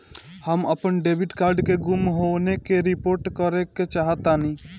हम अपन debit card के गुम होने की रिपोर्ट करे चाहतानी